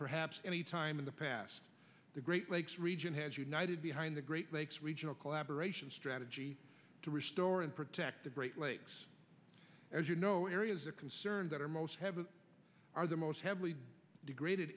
perhaps any time in the past the great lakes region has united behind the great lakes regional collaboration strategy to restore and protect the great lakes as you know areas of concern that are most heavily are the most heavily degraded